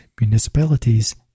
municipalities